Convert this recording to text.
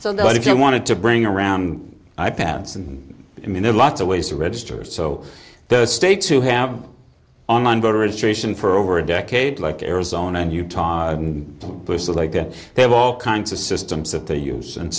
so that if you wanted to bring around i pads and i mean there are lots of ways to register so those states who have online voter registration for over a decade like arizona and utah bush so they get they have all kinds of systems that they use and